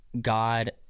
God